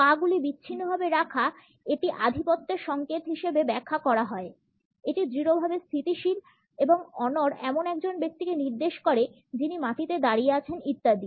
পা গুলি বিচ্ছিন্নভাবে রাখা এটি আধিপত্যের সংকেত হিসাবে ব্যাখ্যা করা হয় এটি দৃঢ়ভাবে স্থিতিশীল এবং অনড় এমন একজন ব্যক্তিকে নির্দেশ করে যিনি মাটিতে দাঁড়িয়ে আছেন ইত্যাদি